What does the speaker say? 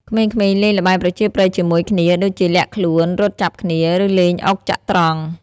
ក្មេងៗលេងល្បែងប្រជាប្រិយជាមួយគ្នា ដូចជាលាក់ខ្លួន រត់ចាប់គ្នា ឬលេងអុកចត្រង្គ។